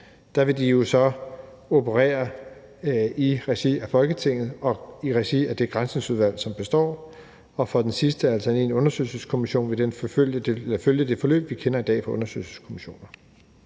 vil så operere i regi af Folketinget og i regi af det Granskningsudvalg, som består, og den sidste, altså undersøgelseskommissionen, vil følge det forløb, vi kender i dag for undersøgelseskommissioner.